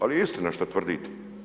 Ali je istina što tvrdite.